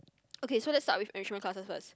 okay so let's start with enrichment classes first